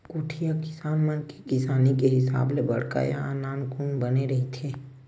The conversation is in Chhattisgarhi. कोठी ह किसान मन के किसानी के हिसाब ले बड़का या नानकुन बने रहिथे